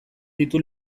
ditu